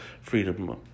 freedom